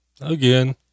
again